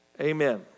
amen